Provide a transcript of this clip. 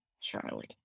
Charlie